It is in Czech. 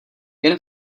jen